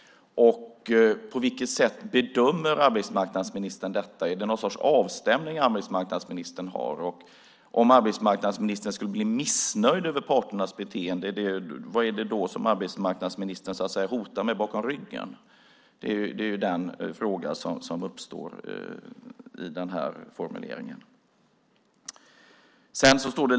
På vilket sätt bedömer arbetsmarknadsministern detta? Gör arbetsmarknadsministern någon sorts avstämning? Om arbetsmarknadsministern skulle bli missnöjd med parternas beteende, vad har då arbetsmarknadsministern att hota med bakom ryggen? Det är de frågor som uppstår genom formuleringen i svaret.